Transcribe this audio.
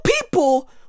people